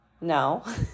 No